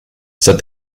said